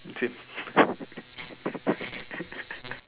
same